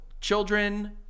Children